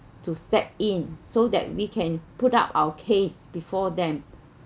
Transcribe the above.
to step in so that we can put up our case before them